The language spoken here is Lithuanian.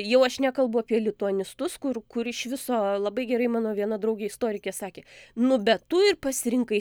jau aš nekalbu apie lituanistus kur kur iš viso labai gerai mano viena draugė istorikė sakė nu bet tu ir pasirinkai